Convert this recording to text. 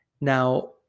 now